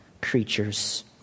creatures